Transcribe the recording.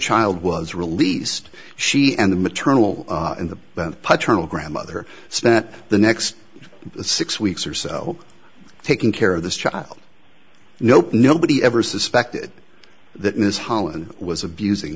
child was released she and the maternal and the paternal grandmother spent the next six weeks or so taking care of this child nope nobody ever suspected that ms holland was abusing